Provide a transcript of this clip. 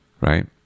right